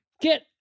Get